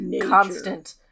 constant